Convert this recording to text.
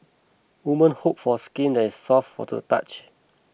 women hope for skin that is soft to the touch